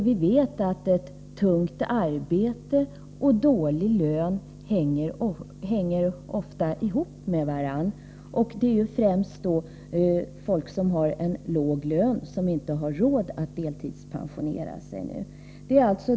Vi vet att ett tungt arbete och dålig lön ofta hänger ihop, och det är främst människor med låg lön som nu inte har råd att delpensionera sig.